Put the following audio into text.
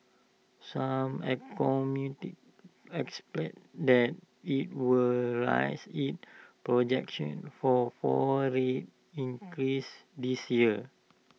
some economists expect that IT will rise its projection for four rate increases this year